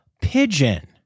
pigeon